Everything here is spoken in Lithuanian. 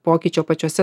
pokyčio pačiuose